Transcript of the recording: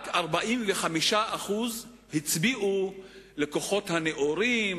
רק 45% הצביעו לכוחות הנאורים,